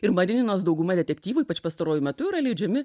ir marinos dauguma detektyvų ypač pastaruoju metu yra leidžiami